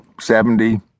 Seventy